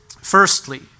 Firstly